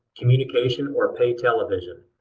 communication, or pay television.